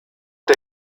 der